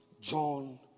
John